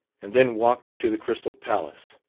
and then walked to the crystal palace.